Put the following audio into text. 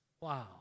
Wow